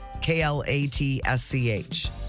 K-L-A-T-S-C-H